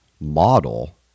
model